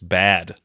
bad